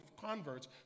converts